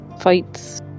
fights